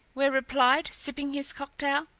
ware replied, sipping his cocktail.